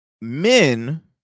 Men